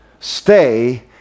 stay